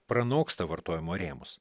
pranoksta vartojimo rėmus